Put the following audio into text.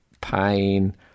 pain